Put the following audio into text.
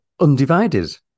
Undivided